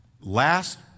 last